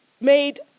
made